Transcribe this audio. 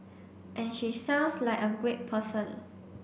and she sounds like a great person